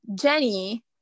Jenny